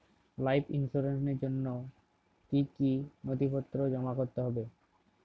Life ইন্সুরেন্সর জন্য জন্য কি কি নথিপত্র জমা করতে হবে?